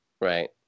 right